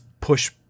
push